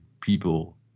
people